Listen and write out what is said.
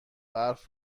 برف